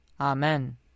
Amen